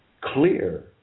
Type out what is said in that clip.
clear